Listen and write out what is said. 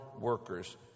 workers